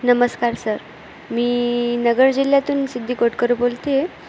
नमस्कार सर मी नगर जिल्ह्यातून सिद्धि गोटकर बोलते